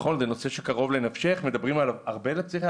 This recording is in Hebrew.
שזה נושא שקרוב לנפשך ומדברים עליו הרבה,